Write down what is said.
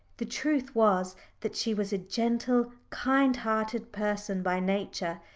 the truth was that she was a gentle, kind-hearted person by nature,